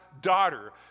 daughter